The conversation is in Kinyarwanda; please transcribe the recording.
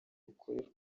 bukorerwa